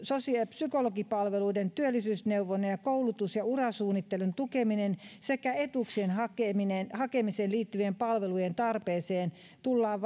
psykologipalveluiden työllisyysneuvonnan ja koulutus ja urasuunnittelun tukemiseen sekä etuuksien hakemiseen hakemiseen liittyvien palvelujen tarpeeseen tullaan